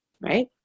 right